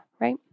right